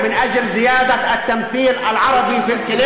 לאחדות מול הקיטוב הפוליטי והעדתי,